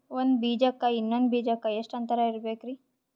ಒಂದ್ ಬೀಜಕ್ಕ ಇನ್ನೊಂದು ಬೀಜಕ್ಕ ಎಷ್ಟ್ ಅಂತರ ಇರಬೇಕ್ರಿ?